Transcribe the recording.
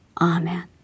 Amen